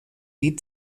die